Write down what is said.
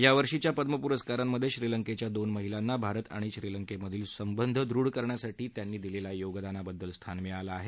यावर्षीच्या पद्म पुरस्कारांमधे श्रीलंकेच्या दोन महिलांना भारत आणि श्रीलंकेमधील संबंध ृढ करण्यासाठी त्यांनी दिलेल्या योगदानाबद्दल स्थान मिळालं आहे